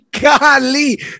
golly